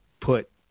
put